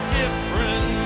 different